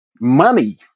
money